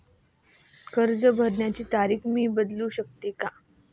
कर्ज भरण्याची तारीख मी बदलू शकतो का?